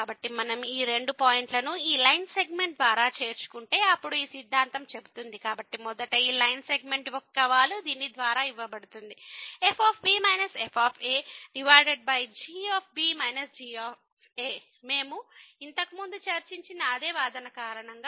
కాబట్టి మనం ఈ రెండు పాయింట్లను ఈ లైన్ సెగ్మెంట్ ద్వారా చేర్చుకుంటే అప్పుడు ఈ సిద్ధాంతం చెబుతుంది కాబట్టి మొదట ఈ లైన్ సెగ్మెంట్ యొక్క వాలు దీని ద్వారా ఇవ్వబడుతుంది fb f g b g మేము ఇంతకుముందు చర్చించిన అదే వాదన కారణంగా